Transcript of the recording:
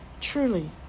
truly